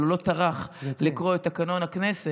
אבל הוא לא טרח לקרוא את תקנון הכנסת,